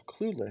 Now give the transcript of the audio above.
Clueless